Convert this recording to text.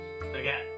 again